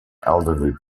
elderly